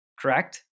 correct